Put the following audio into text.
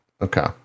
Okay